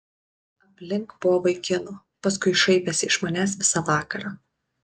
aplink buvo vaikinų paskui šaipėsi iš manęs visą vakarą